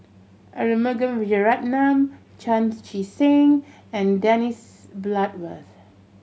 Arumugam Vijiaratnam Chan Chee Seng and Dennis Bloodworth